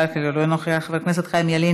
עיסאווי פריג' אינו נוכח, חבר הכנסת